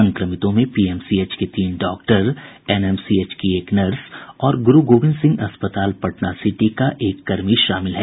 संक्रमितों में पीएमसीएच के तीन डॉक्टर एनएमसीएच की एक नर्स और गुरू गोविंद सिंह अस्पताल पटना सिटी का एक कर्मी शामिल है